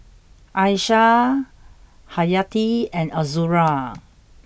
Aishah Haryati and Azura